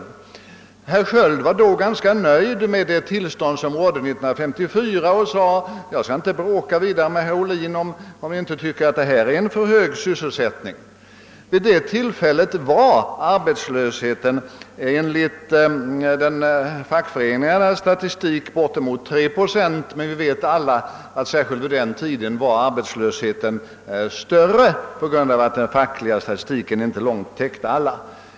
Han var ganska nöjd med det tillstånd som rådde 1954 och sade: Jag skall inte bråka vidare med herr Ohlin, om han inte tycker att vi nu har en för hög sysselsättning. Vid det tillfället var arbetslösheten enligt fackföreningarnas statistik bortemot 3 procent, men vi vet alla att särskilt förr i tiden var den totala siffran större än den så redovisade: den fackliga statistiken täckte inte på långt när alla arbetslösa.